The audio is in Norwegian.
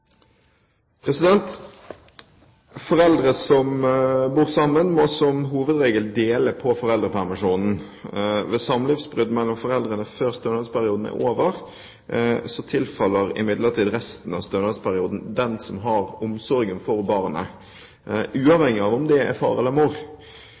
Foreldre som bor sammen, må som hovedregel dele på foreldrepermisjonen. Ved samlivsbrudd mellom foreldrene før stønadsperioden er over, tilfaller imidlertid resten av stønadsperioden den som har omsorgen for barnet